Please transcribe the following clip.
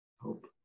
hope